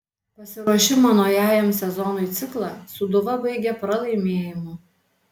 pasiruošimo naujajam sezonui ciklą sūduva baigė pralaimėjimu